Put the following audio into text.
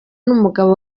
n’umugabo